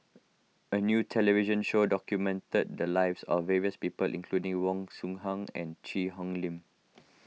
a new television show documented the lives of various people including Wong and Cheang Hong Lim